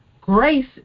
grace